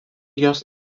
jos